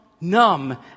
numb